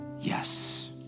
Yes